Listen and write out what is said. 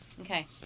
Okay